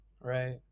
Right